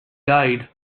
died